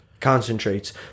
concentrates